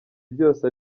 byose